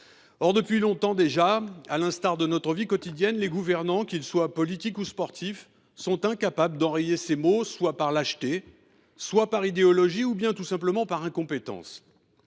Or, depuis longtemps déjà, à l’instar de notre vie quotidienne, les gouvernants, qu’ils soient politiques ou sportifs, sont incapables d’enrayer ces maux, que ce soit par lâcheté, par idéologie ou, tout simplement, par incompétence.